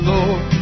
Lord